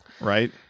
right